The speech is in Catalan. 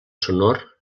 sonor